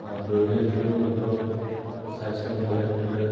দৌৰিলে যিহেতু মানুহৰ স্বাস্থ্য ভালে থাকে